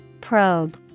Probe